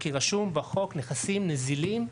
כי רשום בחוק נכסים נזילים,